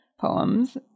poems